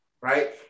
Right